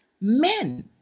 men